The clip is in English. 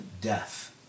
death